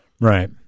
Right